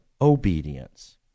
obedience